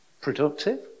Productive